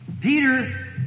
Peter